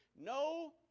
No